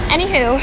Anywho